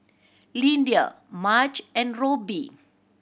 Lyndia Marge and Robby